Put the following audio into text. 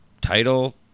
title